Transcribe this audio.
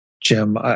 Jim